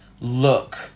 look